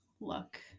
look